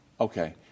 Okay